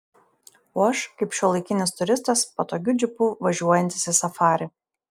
o aš kaip šiuolaikinis turistas patogiu džipu važiuojantis į safarį